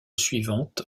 suivante